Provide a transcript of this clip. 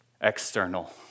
external